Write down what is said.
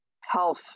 health